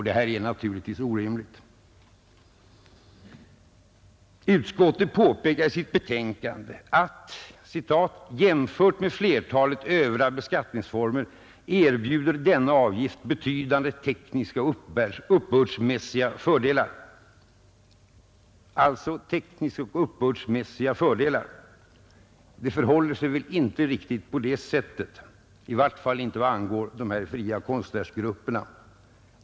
Detta är naturligtvis ett orimligt förhållande. Utskottet påpekar i sitt betänkande: ”Jämförd med flertalet övriga beskattningsformer erbjuder denna avgift betydande tekniska och uppbördsmässiga fördelar, ———. ”Det förhåller sig väl inte riktigt så, i vart fall inte vad angår dessa fria konstnärsgrupper.